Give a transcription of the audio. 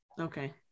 okay